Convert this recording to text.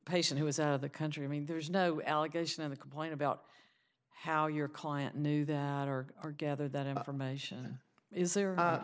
patient who is out of the country i mean there's no allegation in the complaint about how your client knew that her or gather that information is there